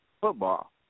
football